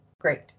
great